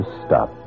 stop